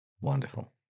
Wonderful